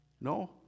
No